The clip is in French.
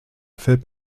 fait